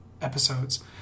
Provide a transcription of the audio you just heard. episodes